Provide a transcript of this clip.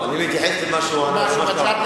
אני מתייחס למה שהוא אמר, חבר הכנסת